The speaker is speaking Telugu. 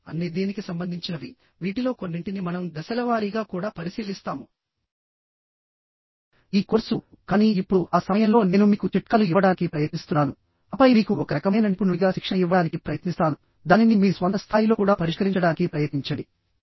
ఇప్పుడు అన్నీ దీనికి సంబంధించినవి వీటిలో కొన్నింటిని మనం దశలవారీగా కూడా పరిశీలిస్తాముఈ కోర్సు కానీ ఇప్పుడు ఆ సమయంలో నేను మీకు చిట్కాలు ఇవ్వడానికి ప్రయత్నిస్తున్నాను ఆపై మీకు ఒక రకమైన నిపుణుడిగా శిక్షణ ఇవ్వడానికి ప్రయత్నిస్తాను దానిని మీ స్వంత స్థాయిలో కూడా పరిష్కరించడానికి ప్రయత్నించండి